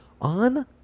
on